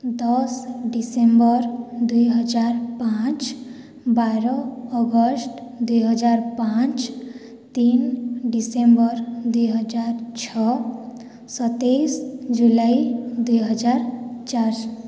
ଦଶ ଡିସେମ୍ବର ଦୁଇହଜାର ପାଞ୍ଚ ବାର ଅଗଷ୍ଟ ଦୁଇହଜାର ପାଞ୍ଚ ତିନି ଡିସେମ୍ବର ଦୁଇହଜାର ଛଅ ସତେଇଶ ଜୁଲାଇ ଦୁଇହଜାର ଚାରି